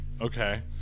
Okay